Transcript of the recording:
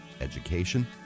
education